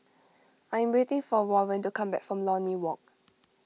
I am waiting for Warren to come back from Lornie Walk